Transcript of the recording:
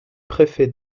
préfets